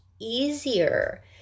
easier